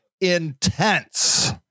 intense